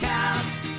Cast